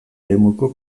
eremuko